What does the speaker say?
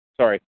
sorry